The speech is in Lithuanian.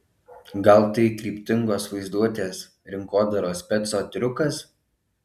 gal tai kryptingos vaizduotės rinkodaros speco triukas